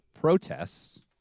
protests